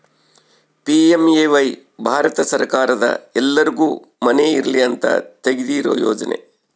PMAY Bharat ಸರ್ಕಾರದ ಎಲ್ಲರ್ಗು ಮನೆ ಇರಲಿ ಅಂತ ತೆಗ್ದಿರೊ ಯೋಜನೆ